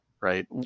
right